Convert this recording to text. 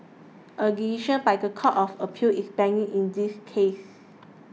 a decision by the Court of Appeal is pending in this case